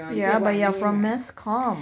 yeah but you're from mass comm